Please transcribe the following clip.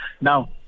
now